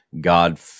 God